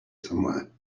somewhere